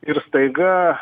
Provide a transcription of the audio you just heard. ir staiga